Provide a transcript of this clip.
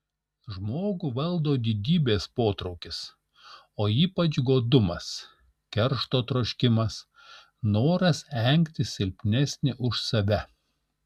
žmogų valdo didybės potraukis o ypač godumas keršto troškimas noras engti silpnesnį už save